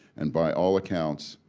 and by all accounts,